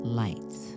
lights